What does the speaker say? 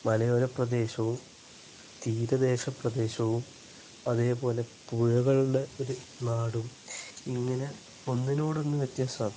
മലയോര പ്രദേശവും തീരദേശ പ്രദേശവും അതേപോലെ പുഴകളുടെ ഒരു നാടും ഇങ്ങനെ ഒന്നിനോടൊന്ന് വ്യത്യസ്തമാണ്